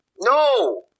No